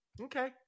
Okay